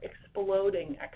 exploding